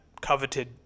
coveted